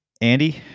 Andy